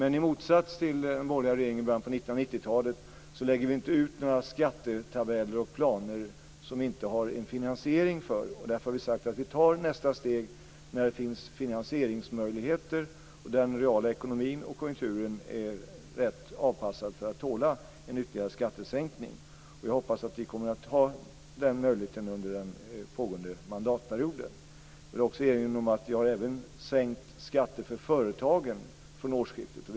I motsats till den borgerliga regeringen i början av 1990-talet lägger vi inte ut några skattetabeller och planer som vi inte har någon finansiering av, och vi har därför sagt att vi tar nästa steg när det finns finansieringsmöjligheter i den reala ekonomin och när konjunkturen är avpassad för att tåla en ytterligare skattesänkning. Jag hoppas att vi kommer att ha den möjligheten under den pågående mandatperioden. Jag vill också erinra om att vi även har sänkt skatter för företagen fr.o.m. årsskiftet.